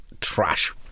trash